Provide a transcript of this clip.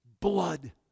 blood